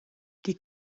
die